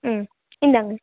ம் இந்தாங்க